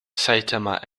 saitama